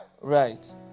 Right